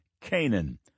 Canaan